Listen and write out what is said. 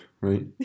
right